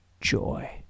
Joy